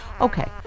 Okay